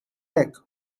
hekk